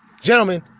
gentlemen